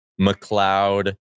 McLeod